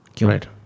Right